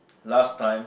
last time